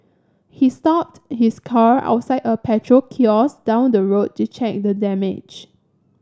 he stopped his car outside a petrol kiosk down the road to check the damage